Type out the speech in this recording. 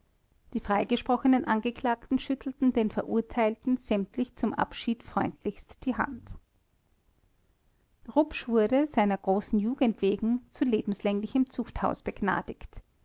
die freigesprochenen angeklagten schüttelten den verurteilten sämtlich zum abschied freundlichst die hand rupsch wurde seiner großen jugend wegen zu lebenslänglichem zuchthaus begnadigt